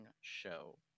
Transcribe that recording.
show